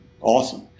awesome